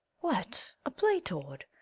what, a play toward!